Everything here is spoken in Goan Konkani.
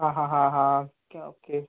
हां हां हां हां ओके ओके